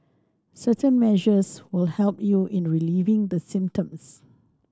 certain measures will help you in relieving the symptoms